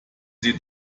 sie